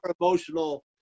emotional